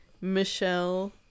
Michelle